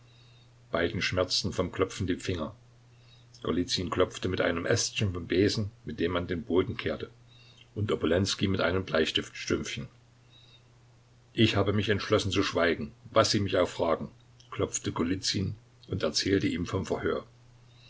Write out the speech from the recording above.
beiden schmerzten vom klopfen die finger golizyn klopfte mit einem ästchen vom besen mit dem man den boden kehrte und obolenskij mit einem bleistiftstümpfchen ich habe mich entschlossen zu schweigen was sie mich auch fragen klopfte golizyn und erzählte ihm vom verhör